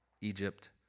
Egypt